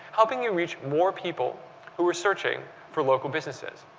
helping you reach more people who are searching for local businesses.